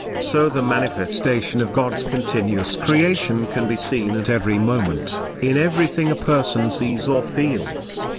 so the manifestation of god's continuous creation can be seen at every moment, in everything a person sees or feels.